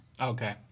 Okay